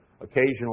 Occasionally